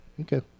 Okay